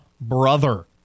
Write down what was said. brother